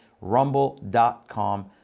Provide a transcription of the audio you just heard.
rumble.com